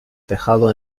tejado